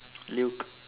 Luke